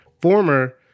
former